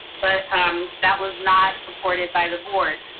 but um that was not supported by the board.